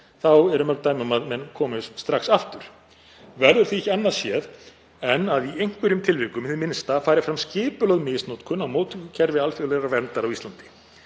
eru mörg dæmi um að menn komi strax aftur. „Verður því ekki annað séð en að í einhverjum tilvikum, hið minnsta, fari fram skipulögð misnotkun á móttökukerfi alþjóðlegrar verndar á Íslandi.